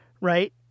Right